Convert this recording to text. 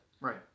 Right